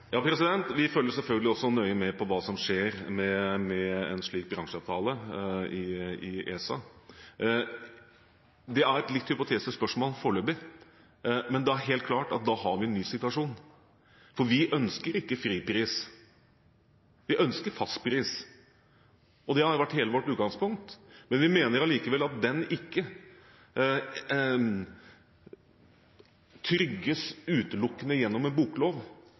Vi følger selvfølgelig også nøye med på hva som skjer med en slik bransjeavtale i ESA. Det er et litt hypotetisk spørsmål foreløpig, men det er helt klart at da har vi en ny situasjon. Vi ønsker ikke fripris, vi ønsker fastpris, og det har vært hele vårt utgangspunkt. Vi mener allikevel at det ikke trygges utelukkende gjennom en boklov,